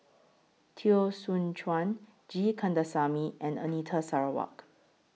Teo Soon Chuan G Kandasamy and Anita Sarawak